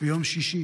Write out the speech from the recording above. ביום שישי